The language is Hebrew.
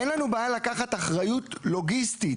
אין לנו בעיה לקחת אחריות לוגיסטית.